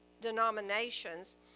denominations